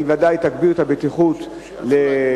ודאי תגביר את בטיחות הילדים,